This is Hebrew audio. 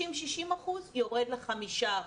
50% 60% יורד ל-5%.